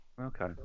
Okay